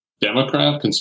Democrat